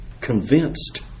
convinced